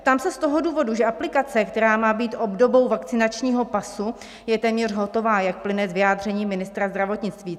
Ptám se z toho důvodu, že aplikace, která má být obdobou vakcinačního pasu, je téměř hotová, jak plyne z vyjádření ministra zdravotnictví.